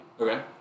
Okay